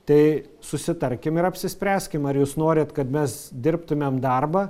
tai susitarkim ir apsispręskim ar jūs norit kad mes dirbtumėm darbą